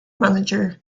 manager